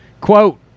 Quote